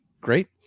great